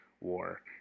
war